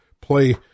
play